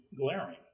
glaring